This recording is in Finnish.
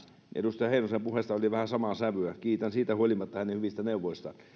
edustaja heinosen puheessa oli vähän samaa sävyä kiitän siitä huolimatta häntä hänen hyvistä neuvoistaan mutta